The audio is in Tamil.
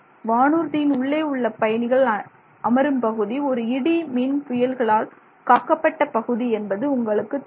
வானூர்தியின் உள்ளே பயணிகள் அமரும் பகுதி ஒரு இடி மின் புயல்களால் காக்கப்பட்ட பகுதி என்பது உங்களுக்குத் தெரியும்